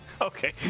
Okay